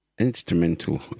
instrumental